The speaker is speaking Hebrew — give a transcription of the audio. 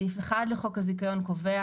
סעיף 1 לחוק הזיכיון קובע